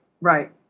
Right